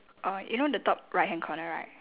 uh you know the top right hand corner right